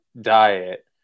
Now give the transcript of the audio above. diet